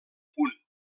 punt